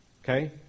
Okay